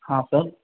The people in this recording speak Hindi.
हां सर